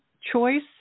choice